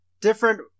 different